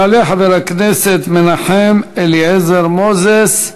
יעלה חבר הכנסת מנחם אליעזר מוזס,